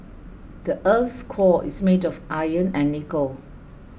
the earth's core is made of iron and nickel